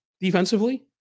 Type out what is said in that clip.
defensively